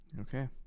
Okay